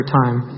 time